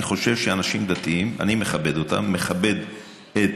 אני חושב שאנשים דתיים, אני מכבד אותם, מכבד את